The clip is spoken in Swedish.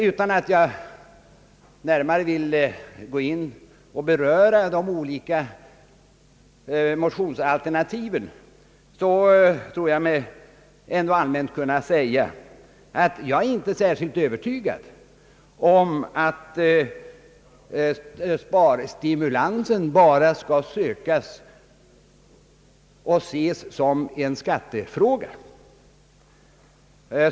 Utan att närmare beröra de olika motionsalternativen vill jag ändå helt allmänt säga, att jag inte är särskilt övertygad om att sparstimulansen bara skall ses som en skattefråga.